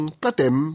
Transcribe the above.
katem